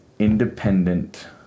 independent